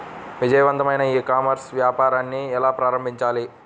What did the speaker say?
విజయవంతమైన e commerce వ్యాపారాన్ని ఎలా ప్రారంభించాలి?